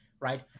right